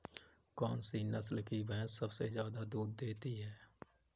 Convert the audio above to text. कौन सी नस्ल की भैंस सबसे ज्यादा दूध देती है?